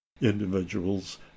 individuals